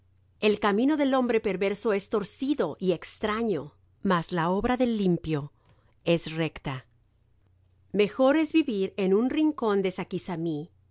el camino del hombre perverso es torcido y extraño mas la obra del limpio es recta mejor es vivir en un rincón de